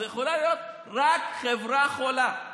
זו יכולה להיות רק חברה חולה,